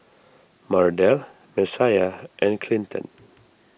Mardell Messiah and Clinton